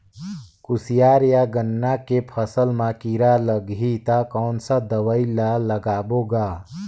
कोशियार या गन्ना के फसल मा कीरा लगही ता कौन सा दवाई ला लगाबो गा?